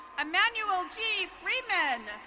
emmanuel g. freeman,